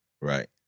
Right